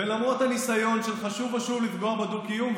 ולמרות הניסיון שלך שוב ושוב לפגוע בדו-קיום,